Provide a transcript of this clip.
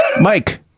Mike